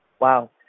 Wow